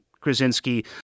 Krasinski